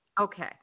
Okay